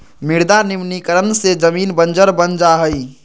मृदा निम्नीकरण से जमीन बंजर बन जा हई